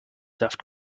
saft